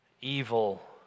evil